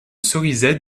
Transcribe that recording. cerisay